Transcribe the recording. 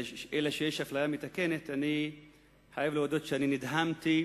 אלא שיש אפליה מתקנת, אני חייב להודות שנדהמתי